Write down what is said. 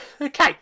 Okay